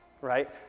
Right